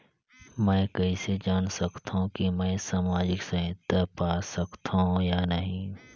मै कइसे जान सकथव कि मैं समाजिक सहायता पा सकथव या नहीं?